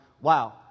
wow